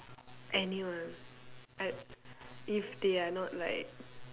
anyone I if they are not like